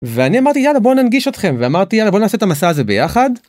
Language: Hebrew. ואני אמרתי יאללה בוא ננגיש אתכם ואמרתי יאללה בוא נעשה את המסע הזה ביחד.